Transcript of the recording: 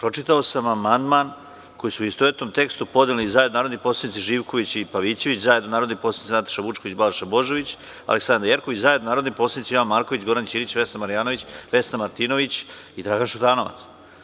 Pročitao sam amandman koji su u istovetnom tekstu podneli zajedno narodni poslanici Živković i Pavićević, zajedno narodni poslanici Nataša Vučković, Balša Božović i Aleksandra Jerkov i zajedno narodni poslanici Jovan Marković, Goran Ćirić, Vesna Martinović i Dragan Šutanovac.